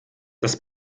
das